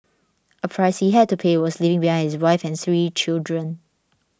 a price he had to pay was leaving behind his wife and three children